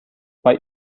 bei